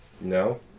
No